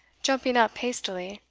jumping up hastily,